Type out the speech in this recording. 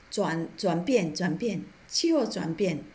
转转变转变气候转变